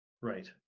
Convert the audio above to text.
Right